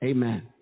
Amen